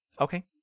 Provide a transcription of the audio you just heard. okay